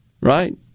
Right